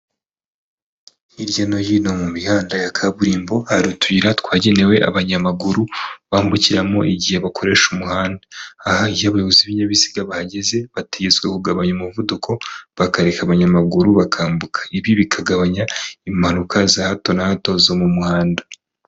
Hirya no hino mu mihanda ya kaburimbo hari utuyira twagenewe abanyamaguru bambukiramo igihe bakoresha umuhanda, aha iyo abayobozi b'inbiziga bahageze bategetswe kugabanya umuvuduko bakareka abanyamaguru bakambuka, ibi bikagabanya impanuka za hato na hato zo mu muhanda.